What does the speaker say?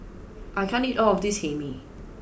I can't eat all of this Hae Mee